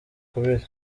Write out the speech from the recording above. kubiri